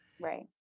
right